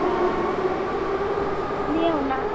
ᱚᱸᱻ ᱫᱤᱭᱮ ᱚᱱᱟ